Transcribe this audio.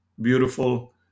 beautiful